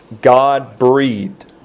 God-breathed